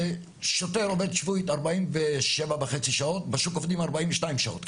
שוטר עובד שבועית 47.5 שעות, בשוק עובדים 42 שעות.